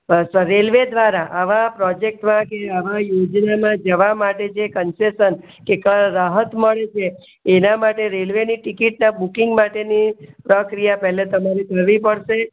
railway દ્વારા આવા project કે આવા યોજનામાં જવા માટે જે કન્સેસન કે રાહત મળે છે એના માટે રેલવેની ટિકિટના બૂકિંગ માટેની સ ક્રિયા પહેલાં તમારે કરવી પડશે